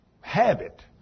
Habit